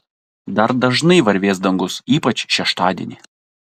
dar dažnai varvės dangus ypač šeštadienį